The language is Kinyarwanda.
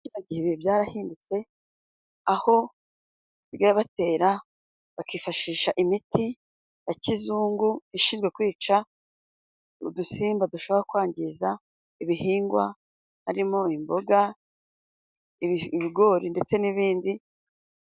Ibi byarahindutse aho bajya batera bakifashisha imiti ya kizungu ishinzwe kwica udusimba dushobora kwangiza ibihingwa, harimo imboga, ibigori ndetse n'ibindi.